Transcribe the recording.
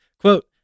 Quote